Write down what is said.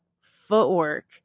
footwork